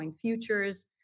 futures